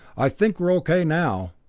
i think we're okay now,